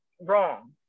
wrong